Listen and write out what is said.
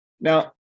Now